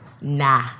Nah